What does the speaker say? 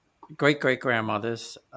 great-great-grandmothers